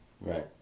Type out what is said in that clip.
Right